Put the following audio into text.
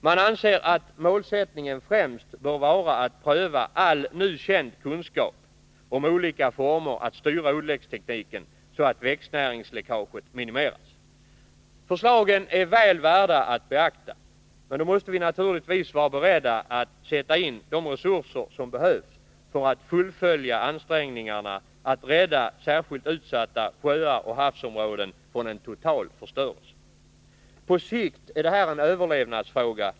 Man anser att målsättningen främst bör vara att pröva all nu känd kunskap om olika former att styra odlingstekniken, så att växtnäringsläckaget minimeras. Förslagen är väl värda att beakta, och då måste vi naturligtvis vara beredda att sätta in de resurser som behövs för att fullfölja ansträngningarna att rädda särskilt utsatta sjöar och havsområden från en total förstörelse. På sikt är det här en överlevnadsfråga.